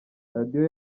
radiyo